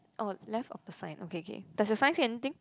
oh left of the sign okay okay does the sign say anything